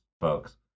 folks